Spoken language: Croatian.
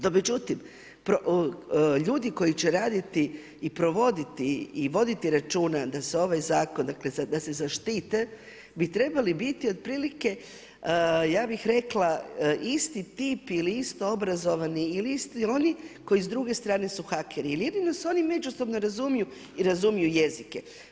No međutim, ljudi koji će raditi i provoditi i voditi računa da se ovaj zakon, dakle da se zaštite, bi trebali biti otprilike ja bih rekla isti tip ili isto obrazovani ili isti oni koji s druge strane su hakeri jer jedino se oni međusobno razumiju i razumiju jezike.